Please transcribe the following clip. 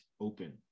open